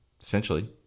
Essentially